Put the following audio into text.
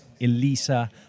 Elisa